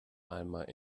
einmal